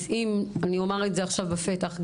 אז אני אומר את זה עכשיו בפתח,